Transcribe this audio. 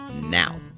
now